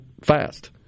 fast